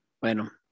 Bueno